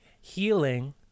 healing